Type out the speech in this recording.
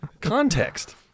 Context